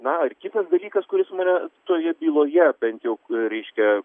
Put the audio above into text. na ir kitas dalykas kuris mane toje byloje bent jau reiškia